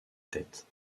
tête